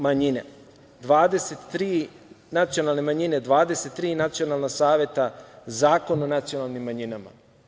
Imamo 23 nacionalne manjine, 23 nacionalna saveta, Zakon o nacionalnim manjinama.